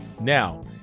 Now